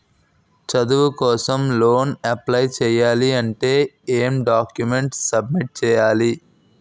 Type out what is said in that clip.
చదువు కోసం loan apply చేయాలి అంటే ఎం డాక్యుమెంట్స్ సబ్మిట్ చేయాలి?